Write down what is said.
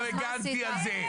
לא הגנתי על זה.